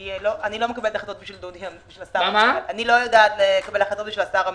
אני לא יודעת לקבל החלטות בשביל השר אמסלם.